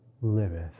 liveth